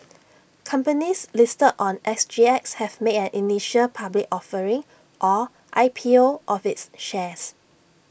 companies listed on S G X have made an initial public offering or I P O of its shares